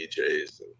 DJs